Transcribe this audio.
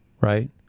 right